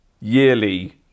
yearly